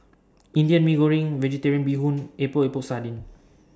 Indian Mee Goreng Vegetarian Bee Hoon Epok Epok Sardin